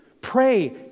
Pray